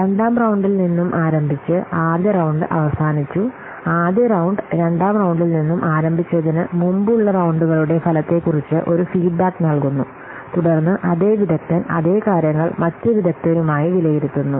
രണ്ടാം റൌണ്ടിൽ നിന്നും ആരംഭിച്ച് ആദ്യ റൌണ്ട് അവസാനിച്ചു ആദ്യ റൌണ്ട് രണ്ടാം റൌണ്ടിൽ നിന്നും ആരംഭിച്ചതിന് മുമ്പുള്ള റൌണ്ടുകളുടെ ഫലത്തെക്കുറിച്ച് ഒരു ഫീഡ്ബാക്ക് നൽകുന്നു തുടർന്ന് അതേ വിദഗ്ദ്ധൻ അതേ കാര്യങ്ങൾ മറ്റ് വിദഗ്ധരുമായി വിലയിരുത്തുന്നു